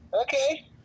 Okay